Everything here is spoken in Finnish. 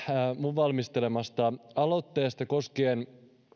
valmistelemastani aloitteesta koskien